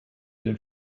den